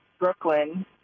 Brooklyn